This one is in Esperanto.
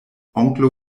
onklo